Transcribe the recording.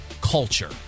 culture